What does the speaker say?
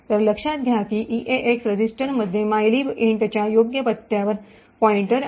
तर लक्षात घ्या की ईएएक्स रजिस्टरमध्ये मायलीब इंटच्या योग्य पत्त्यावर पॉईंटर आहे